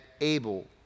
able